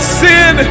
sin